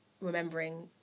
remembering